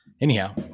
anyhow